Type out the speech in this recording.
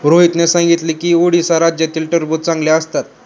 रोहितने सांगितले की उडीसा राज्यातील टरबूज चांगले असतात